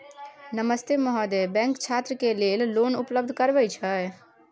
नमस्ते महोदय, बैंक छात्र के लेल लोन उपलब्ध करबे छै?